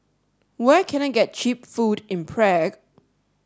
where can I get cheap food in Prague